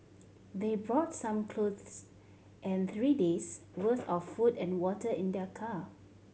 they brought some clothes and three days' worth of food and water in their car